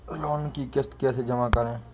Loan की किश्त कैसे जमा करें?